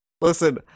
Listen